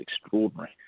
extraordinary